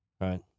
Right